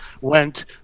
went